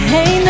Hey